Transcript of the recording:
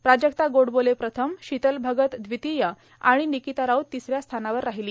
प्राजक्ता गोडबोले प्रथम शीतल भगत द्वितीय आणि निकिता राऊत तिस या स्थानावर राहिली